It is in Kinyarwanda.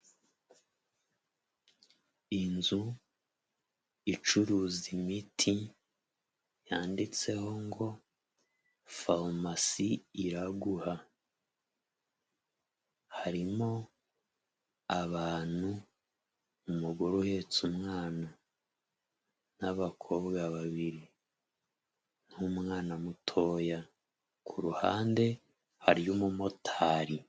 Inzu icuruza imiti, yanditseho ngo farumasi Iraguha, harimo abantu, umugore uhetse umwana n'abakobwa babiri n'umwana mutoya, ku ruhande hariyo umumotari.